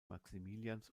maximilians